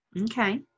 Okay